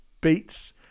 beats